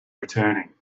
returning